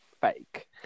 fake